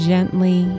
Gently